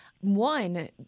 One